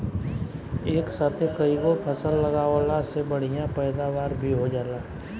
एक साथे कईगो फसल लगावला से बढ़िया पैदावार भी हो जाला